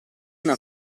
una